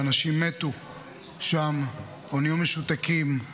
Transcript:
ואנשים מתו שם או נהיו משותקים,